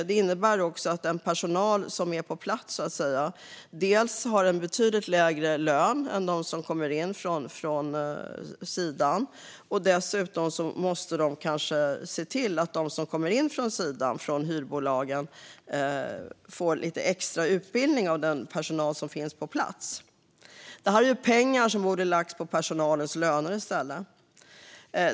Den personal som är på plats får en betydligt lägre lön än de som kommer in från sidan, och dessutom ska de som kommer in från sidan från hyrbolagen få extra utbildning av den personal som finns på plats. Detta är pengar som i stället borde ha lagts på personalens löner.